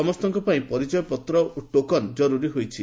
ସମସ୍ତଙ୍କ ପାଇଁ ପରିଚୟ ପତ୍ର ଓ ଟୋକେନ୍ ଜରୁରୀ ହୋଇଛି